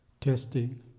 Testing